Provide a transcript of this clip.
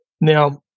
Now